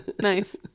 Nice